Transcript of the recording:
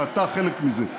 שאתה חלק מזה,